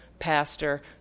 Pastor